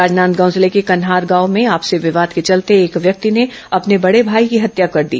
राजनांदगांव जिले के कन्हार गांव में आपसी विवाद के चलते एक व्यक्ति ने अपने बड़े भाई की हत्या कर दी